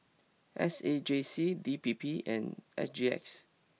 S A J C D P P and S G X